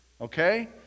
okay